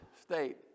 state